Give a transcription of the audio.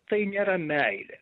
tai nėra meilė